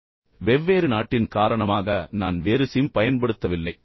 எனவே வெவ்வேறு நாட்டின் காரணமாக நான் வேறு சிம் பயன்படுத்தவில்லை